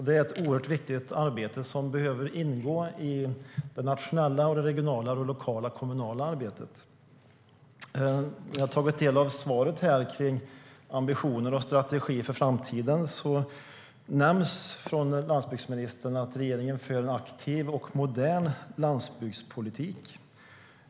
Det är ett oerhört viktigt arbete som behöver ingå i det nationella, det regionala, det lokala och det kommunala arbetet. Jag har tagit del av svaret när det gäller ambitioner och strategi för framtiden. Landsbygdsministern nämner att regeringen för en aktiv och modern landsbygdspolitik.